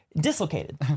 dislocated